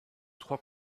trois